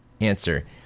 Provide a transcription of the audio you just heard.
Answer